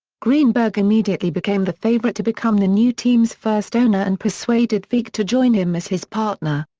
greenberg immediately became the favorite to become the new team's first owner and persuaded veeck to join him as his partner.